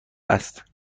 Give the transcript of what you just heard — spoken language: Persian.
است